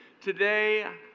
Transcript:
today